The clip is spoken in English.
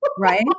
Right